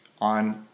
on